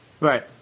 right